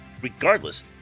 Regardless